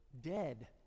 dead